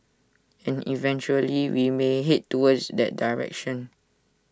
and eventually we may Head towards that direction